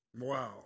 Wow